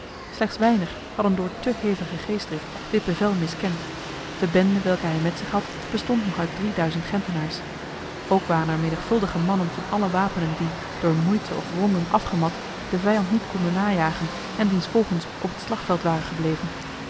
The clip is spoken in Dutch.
slechts weinig hadden door te hevige geestdrift dit bevel miskend de bende welke hij met zich had bestond nog uit drieduizend gentenaars ook waren er menigvuldige mannen van alle wapenen die door moeite of wonden afgemat de vijand niet konden najagen en diensvolgens op het slagveld waren gebleven